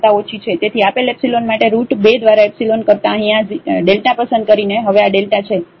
તેથી આપેલ એપ્સીલોન માટે રુટ 2 દ્વારા એપ્સીલોન કરતા અહીં આ Δ પસંદ કરીને હવે આ Δ છે